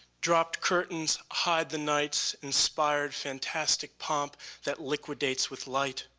dropped curtains hide the night's inspired fantastic pomp that liquidates with light.